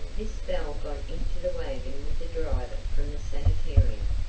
miss bell got into the wagon with the driver from the sanitarium.